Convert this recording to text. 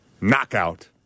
knockout